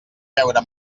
veure